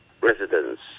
residents